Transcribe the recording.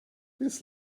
this